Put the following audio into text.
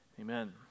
amen